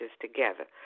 together